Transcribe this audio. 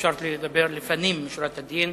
על שאפשרת לי לדבר לפנים משורת הדין.